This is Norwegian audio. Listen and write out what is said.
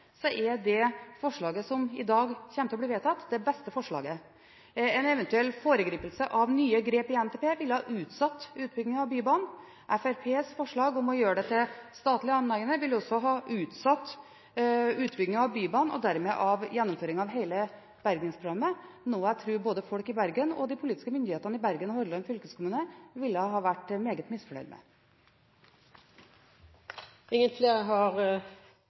beste forslaget. En eventuell foregripelse av nye grep i NTP ville ha utsatt utbyggingen av Bybanen. Fremskrittspartiets forslag om å gjøre dette til et statlig anliggende ville også ha utsatt utbyggingen av Bybanen og dermed gjennomføringen av hele Bergensprogrammet, noe jeg tror både folk i Bergen og de politiske myndighetene i Bergen og Hordaland fylkeskommune ville ha vært meget misfornøyd med. Replikkordskiftet er omme. Flere har